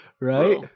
Right